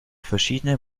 verschiedene